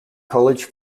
college